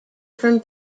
from